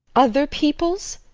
other people's?